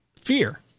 fear